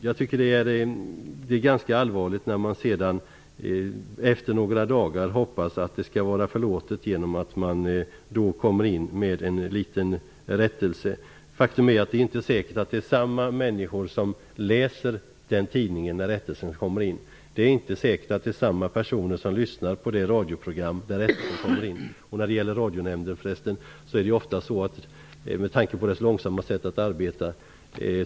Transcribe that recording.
Jag tycker att det är allvarligt att man hoppas att det skall vara förlåtet genom att man efter några dagar kommer med en liten rättelse. Det är inte säkert att det är samma människor som läser den tidning där rättelsen kommer in. Det är inte säkert att det är samma personer som lyssnar på det radioprogram där rättelsen kommer in. Radionämnden har ett långsamt sätt att arbeta.